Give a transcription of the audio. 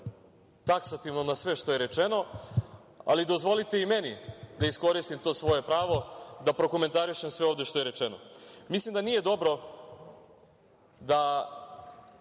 taksativno na sve što je rečeno, ali dozvolite i meni da iskoristim to svoje pravo da prokomentarišem sve ovde što je rečeno. Mislim da nije dobro da